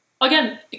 again